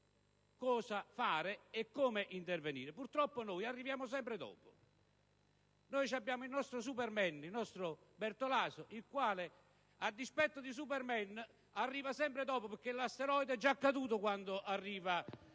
cosa fare e come intervenire. Purtroppo noi arriviamo sempre dopo. Noi abbiamo il nostro *superman* Bertolaso, il quale, a dispetto di *superman*, arriva sempre dopo: l'asteroide è già caduto quando arriva.